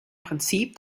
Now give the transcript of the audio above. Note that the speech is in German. prinzip